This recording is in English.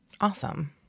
Awesome